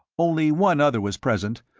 only one other was present,